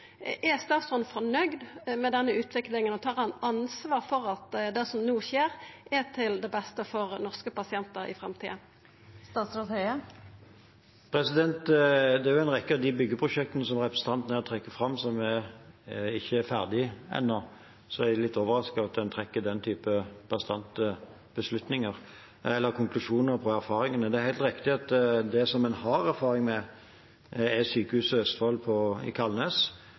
Er statsråden fornøgd med denne utviklinga, og tar han ansvar for at det som no skjer, er til det beste for norske pasientar i framtida? En rekke av de byggeprosjektene som representanten her trekker fram, er jo ikke ferdige ennå, så jeg er litt overrasket over at en trekker den type bastante konklusjoner på erfaringene. Det er helt riktig at det som en har erfaring med, er Sykehuset Østfold